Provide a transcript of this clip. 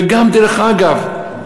וגם, דרך אגב,